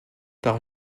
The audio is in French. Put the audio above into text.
par